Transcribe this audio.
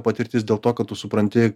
patirtis dėl to kad tu supranti